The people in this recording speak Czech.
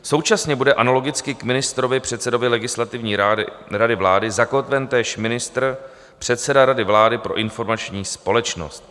Současně bude analogicky k ministrovi předsedovi Legislativní rady vlády zakotven též ministr předseda Rady vlády pro informační společnost.